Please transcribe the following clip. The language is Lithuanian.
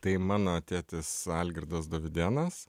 tai mano tėtis algirdas dovydėnas